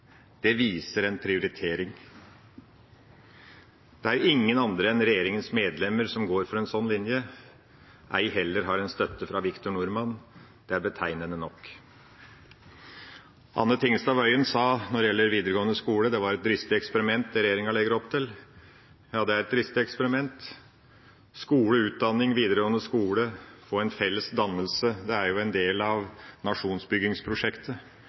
Det viser en prioritering. Det er ingen andre enn regjeringas medlemmer som går for en sånn linje, ei heller har en støtte fra Victor Norman – det er betegnende nok. Anne Tingelstad Wøien sa, når det gjelder videregående skole, at det er et «dristig eksperiment» regjeringa legger opp til. Ja, det er et dristig eksperiment. Skole og utdanning, videregående skole og en felles dannelse – det er jo en del av nasjonsbyggingsprosjektet.